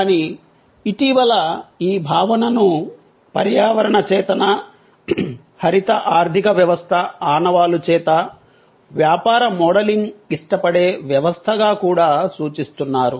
కానీ ఇటీవల ఈ భావనను పర్యావరణ చేతన హరిత ఆర్థిక వ్యవస్థ ఆనవాలు చేత వ్యాపార మోడలింగ్ ఇష్టపడే వ్యవస్థగా కూడా సూచిస్తున్నారు